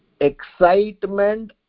excitement